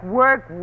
work